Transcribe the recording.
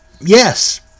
yes